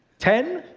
ten?